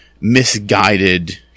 misguided